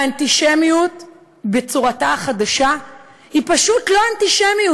האנטישמיות בצורתה החדשה היא פשוט לא אנטישמיות,